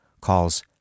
calls